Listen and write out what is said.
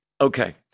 Okay